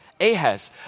Ahaz